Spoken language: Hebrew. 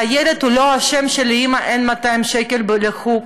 והילד לא אשם שלאימא אין 200 שקל לחוג.